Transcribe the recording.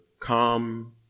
come